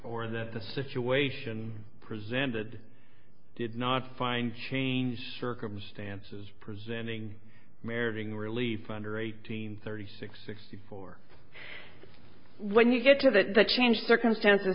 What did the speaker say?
that the situation presented did not find change circumstances presenting meriting relief under eighteen thirty six sixty four when you get to that the changed circumstances